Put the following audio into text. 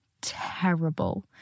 terrible